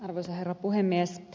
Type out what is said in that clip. arvoisa herra puhemies